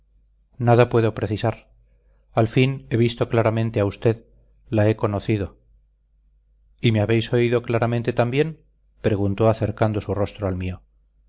nada puedo precisar al fin he visto claramente a usted la he conocido y me habéis oído claramente también preguntó acercando su rostro al mío